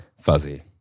Fuzzy